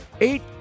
Eight